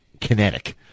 kinetic